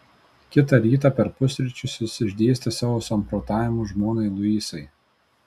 kitą rytą per pusryčius jis išdėstė savo samprotavimus žmonai luisai